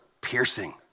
piercing